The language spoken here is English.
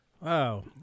Wow